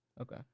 Okay